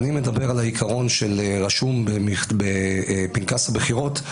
אני מדבר על העיקרון של רשום בפנקס הבחירות,